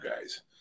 guys